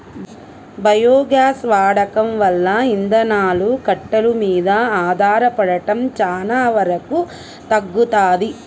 biogas వాడకం వల్ల ఇంధనాలు, కట్టెలు మీద ఆధారపడటం చానా వరకు తగ్గుతది